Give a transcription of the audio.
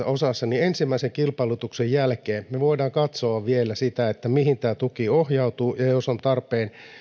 osassa ensimmäisen kilpailutuksen jälkeen me voimme katsoa vielä sitä että mihin tämä tuki ohjautuu ja ja jos on tarpeen